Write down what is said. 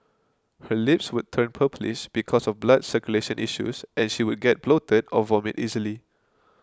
her lips would turn purplish because of blood circulation issues and she would get bloated or vomit easily